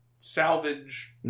salvage